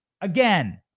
Again